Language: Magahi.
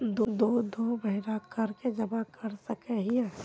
दो दो महीना कर के जमा कर सके हिये?